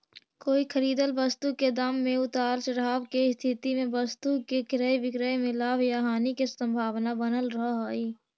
कोई खरीदल वस्तु के दाम में उतार चढ़ाव के स्थिति में वस्तु के क्रय विक्रय में लाभ या हानि के संभावना बनल रहऽ हई